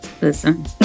Listen